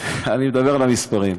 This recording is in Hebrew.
אני מדבר על המספרים.